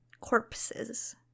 corpses